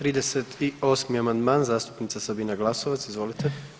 38. amandman zastupnica Sabina Glasovac, izvolite.